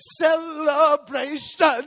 celebration